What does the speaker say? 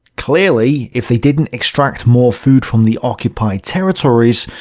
clearly, if they didn't extract more food from the occupied territories,